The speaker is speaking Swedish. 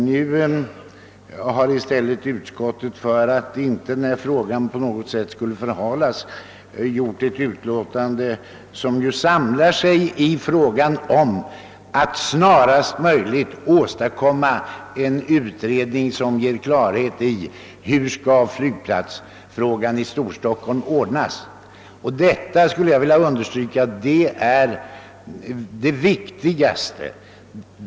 Nu har utskottet i stället, för att frågan inte på något sätt skulle förhalas, skrivit ett utlåtande som syftar till att man sSnarast möjligt skall åstadkomma en utredning som ger klarhet i problemet hur flygplatsfrågan i Storstockholm skall ordnas. Detta är — det vill jag understryka — det viktigaste.